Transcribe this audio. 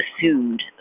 assumed